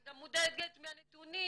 אני גם מודאגת מהנתונים,